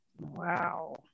wow